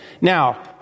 Now